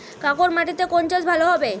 কাঁকর মাটিতে কোন চাষ ভালো হবে?